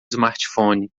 smartphone